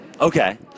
Okay